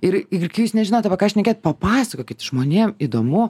ir juk jūs nežinote ką šnekėti papasakokit žmonėm įdomu